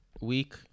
week